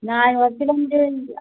না আমি ভাবছিলাম যে